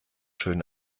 schön